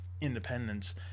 independence